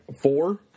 four